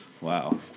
Wow